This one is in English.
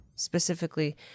specifically